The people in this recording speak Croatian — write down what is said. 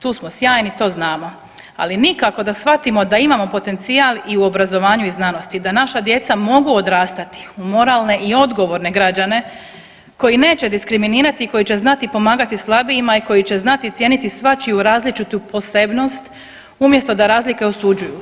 Tu smo sjajni i to znamo, ali nikako da shvatimo da imamo potencijal i u obrazovanju i znanosti, da naša djeca mogu odrastati u moralne i odgovorne građane koji neće diskriminirati i koji će znati pomagati slabijima i koji će znati cijeniti svačiju različitu posebnost umjesto da razlike osuđuju.